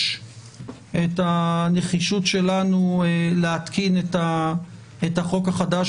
את הנחישות שלנו להתקין את החוק החדש